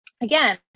again